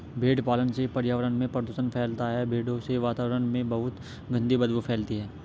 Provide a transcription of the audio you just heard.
भेड़ पालन से पर्यावरण में प्रदूषण फैलता है भेड़ों से वातावरण में बहुत गंदी बदबू फैलती है